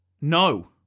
no